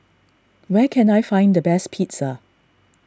where can I find the best Pizza